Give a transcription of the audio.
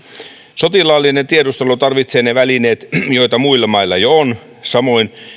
sotilaallinen tiedustelu tarvitsee ne välineet joita muilla mailla jo on samoin